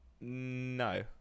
No